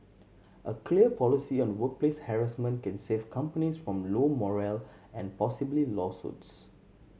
a clear policy on workplace harassment can save companies from low morale and possibly lawsuits